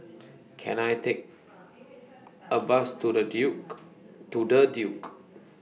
Can I Take A Bus to The Duke